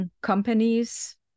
companies